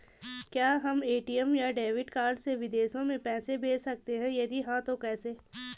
क्या हम ए.टी.एम या डेबिट कार्ड से विदेशों में पैसे भेज सकते हैं यदि हाँ तो कैसे?